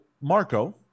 Marco